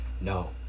no